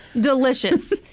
delicious